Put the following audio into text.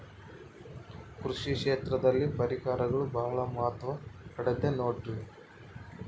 ಕೃಷಿ ಕ್ಷೇತ್ರದಲ್ಲಿ ಪರಿಕರಗಳು ಬಹಳ ಮಹತ್ವ ಪಡೆದ ನೋಡ್ರಿ?